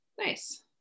Nice